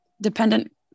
dependent